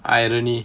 irony